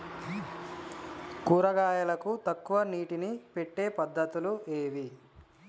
కూరగాయలకు తక్కువ నీటిని పెట్టే పద్దతులు ఏవి?